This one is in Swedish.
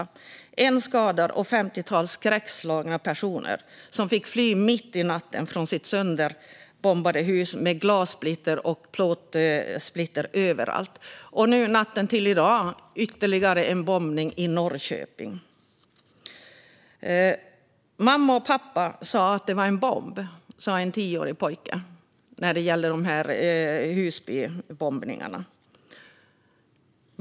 En person blev skadad, och ett femtiotal skräckslagna personer fick fly mitt i natten från sitt sönderbombade hus med glas och plåtsplitter överallt. Och natten till i dag skedde ytterligare en bombning i Norrköping. "Mamma och pappa sa att det var en bomb", sa en tioårig pojke i samband med Husbybombningarna.